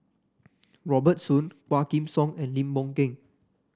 Robert Soon Quah Kim Song and Lim Boon Keng